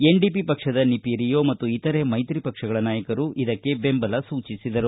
NDP ಪಕ್ಷದ ನಿಪಿ ರಿಯೊ ಮತ್ತು ಇತರೆ ಮೈತ್ರಿ ಪಕ್ಷಗಳ ನಾಯಕರು ಇದಕ್ಕೆ ಬೆಂಬಲ ಸೂಚಿಸಿದರು